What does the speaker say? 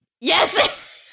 Yes